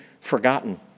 forgotten